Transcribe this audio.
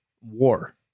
war